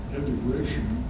integration